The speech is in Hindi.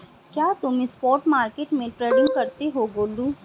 क्या तुम स्पॉट मार्केट में ट्रेडिंग करते हो गोलू?